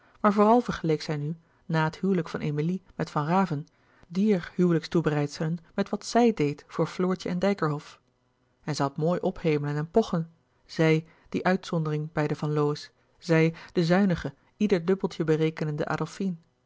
maar vooral vergeleek zij nu na het huwelijk van emilie met van raven dier huwelijkstoebereidselen met wat z i j deed voor floortje en dijkerhof en zij had mooi ophemelen en pochen zij die uitzondering bij de van lowe's zij de zuinige ieder dubbeltje berekenende